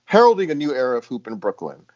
heralding a new era of hoop and brooklyn.